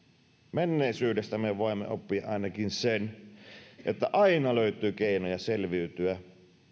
menneisyydestä me voimme oppia ainakin sen että aina löytyy keinoja selviytyä